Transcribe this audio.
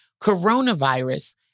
coronavirus